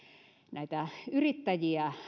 näitä yrittäjiä